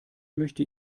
möchte